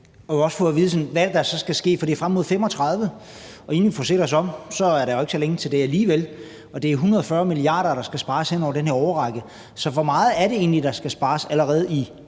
også at få at vide, hvad der så skal ske, for det er frem mod 2035, og inden vi får set os om, er der jo ikke så længe til det. Det er 140 mia. kr., der skal spares hen over den her årrække, så hvor meget er det egentlig, der skal spares allerede i